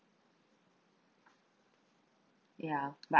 ya but